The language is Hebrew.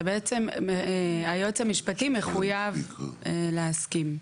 היועץ המשפטי מחויב להסכים.